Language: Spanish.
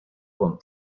con